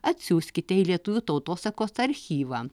atsiųskite į lietuvių tautosakos archyvą